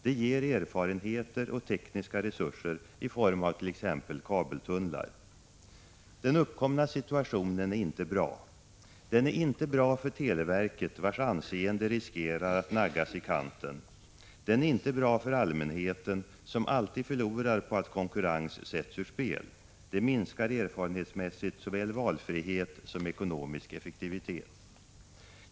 Det ger erfarenheter och tekniska resurser i form avt.ex. kabeltunnlar. Den uppkomna situationen är inte bra. Den är inte bra för televerket, vars anseende riskerar att naggas i kanten. Den är inte bra för allmänheten, som alltid förlorar på att konkurrens sätts ur spel. Det minskar erfarenhetsmässigt såväl valfrihet som ekonomisk effektivitet.